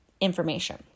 information